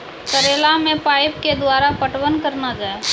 करेला मे पाइप के द्वारा पटवन करना जाए?